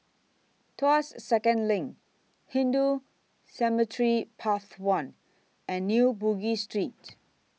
Tuas Second LINK Hindu Cemetery Path one and New Bugis Street